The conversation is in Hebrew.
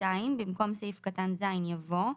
(2)במקום סעיף קטן (ז) יבוא: